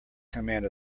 command